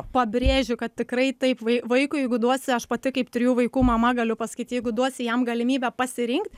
pabrėžiu kad tikrai taip vai vaikui jeigu duosi aš pati kaip trijų vaikų mama galiu pasakyt jeigu duosi jam galimybę pasirinkt